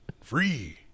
Free